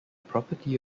property